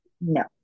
No